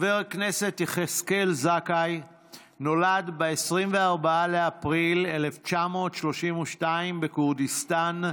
חבר הכנסת יחזקאל זכאי נולד ב-24 באפריל 1932 בכורדיסטן,